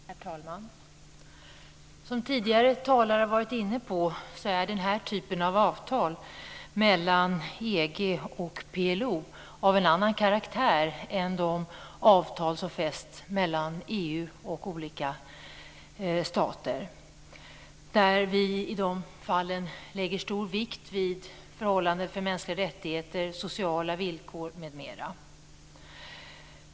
Herr talman! Som tidigare talare har varit inne på är den här typen av avtal mellan EG och PLO av en annan karaktär än de avtal som fästs mellan EU och olika stater. I de fallen lägger vi stor vikt vid förhållanden för mänskliga rättigheter, sociala villkor m.m.